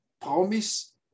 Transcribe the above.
promise